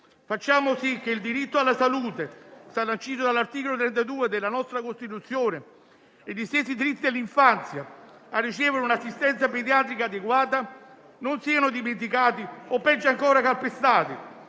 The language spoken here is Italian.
Facciamo sì che il diritto alla salute, sancito dall'articolo 32 della nostra Costituzione, e gli stessi diritti all'infanzia a ricevere un assistenza pediatrica adeguata non siano dimenticati o - peggio ancora - calpestati